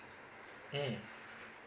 mm